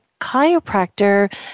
chiropractor